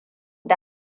da